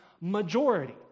majority